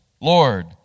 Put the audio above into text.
Lord